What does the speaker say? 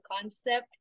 concept